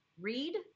read